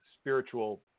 spiritual